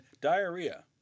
diarrhea